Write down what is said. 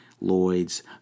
Lloyd's